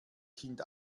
kind